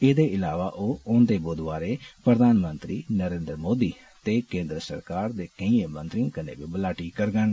एह्दे अलावा ओह् औंदे बुधवारे प्रधानमंत्री नरेन्द्र मोदी ते केन्द्र सरकार दे केइएं मंत्रिएं कन्नै बी मलाटी करडन